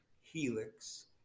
helix